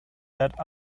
that